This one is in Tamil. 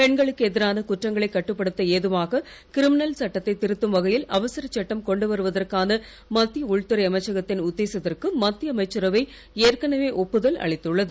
பெண்களுக்கு எதிரான குற்றங்களை கட்டுப்படுத்த ஏதுவாக கிரிமினல் சட்டத்தைத் திருத்தும் வகையில் அவசர சட்டம் கொண்டுவருவதான மத்திய உள்துறை அமைச்சகக்தின் உத்தேசத்திற்கு மத்திய அமைச்சரவை ஏற்கனவே ஒப்புதல் அளித்துள்ளது